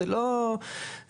זה לא הקורונה.